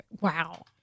Wow